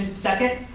second.